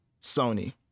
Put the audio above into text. sony